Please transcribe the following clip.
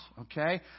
okay